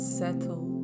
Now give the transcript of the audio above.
settle